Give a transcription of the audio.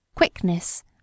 Quickness